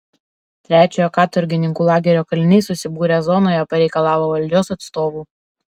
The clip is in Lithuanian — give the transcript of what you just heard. trečiojo katorgininkų lagerio kaliniai susibūrę zonoje pareikalavo valdžios atstovų